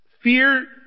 fear